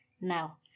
Now